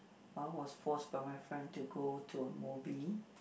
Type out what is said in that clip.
I was forced by my friend to go to a movie